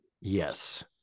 Yes